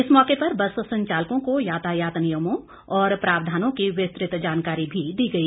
इस मौके पर बस संचालकों को यातायात नियमों और प्रावधानों की विस्तृत जानकारी भी दी गई